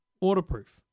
waterproof